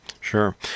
sure